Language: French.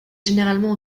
généralement